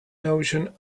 notion